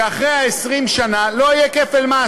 שאחרי 20 השנה לא יהיה כפל מס,